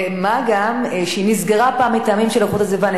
ומה גם שהיא נסגרה פעם מטעמים של איכות הסביבה,